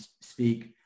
speak